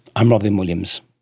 i'm robyn williams